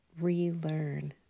relearn